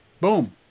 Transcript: boom